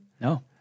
No